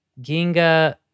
Ginga